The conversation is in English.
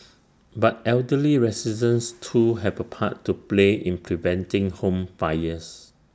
but elderly residents too have A part to play in preventing home fires